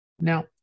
Now